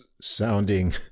sounding